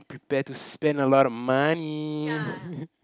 prepare to spend a lot of money